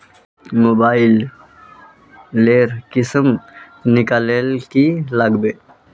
Mobile लेर किसम निकलाले की लागबे?